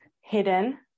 hidden